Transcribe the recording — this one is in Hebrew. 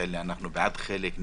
אנחנו בעד חלקן.